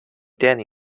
dani